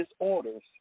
disorders